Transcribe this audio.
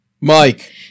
Mike